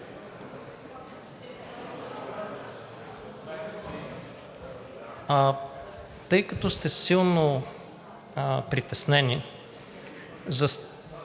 Тъй като сте силно притеснени за